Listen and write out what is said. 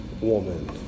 woman